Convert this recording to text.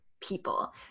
people